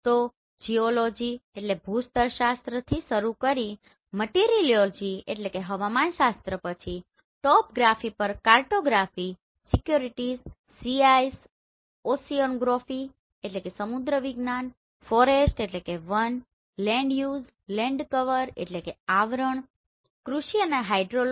તો જીઓલોજીgeology ભૂસ્તરશાસ્ત્રથી શરૂ કરીનેમટીરીઓલોજી meteorology હવામાનશાસ્ત્ર પછી ટોપગ્રાફી પર cartography securities sea ice oceanography સમુદ્રવિજ્ઞાન ફોરેસ્ટ forestવન લેન્ડ યુઝ લેન્ડ કવરcoverઆવરણ કૃષિ અને હાઇડ્રોલોજી